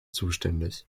zuständig